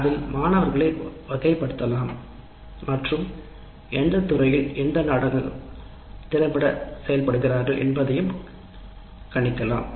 அதை மாணவர்களை வகைப்படுத்தலாம் மற்றும் எந்தத் துறையில் அவர்கள் திறம்பட செயல் படுகிறார்கள் என்பதையும் கணிக்கலாம்